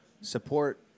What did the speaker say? support